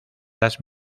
las